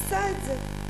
עשה את זה,